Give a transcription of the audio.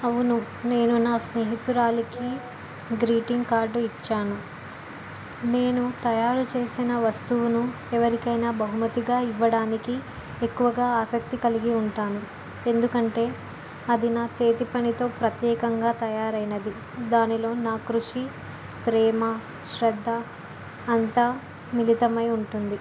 అవును నేను నా స్నేహితురాలకి గ్రీటింగ్ కార్డు ఇచ్చాను నేను తయారు చేసిన వస్తువును ఎవరికైనా బహుమతిగా ఇవ్వడానికి ఎక్కువగా ఆసక్తి కలిగి ఉంటాను ఎందుకంటే అది నా చేతి పనితో ప్రత్యేకంగా తయారైనది దానిలో నా కృషి ప్రేమ శ్రద్ధ అంతా మిలితమై ఉంటుంది